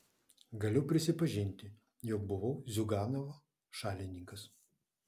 galiu prisipažinti jog buvau ziuganovo šalininkas